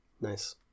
Nice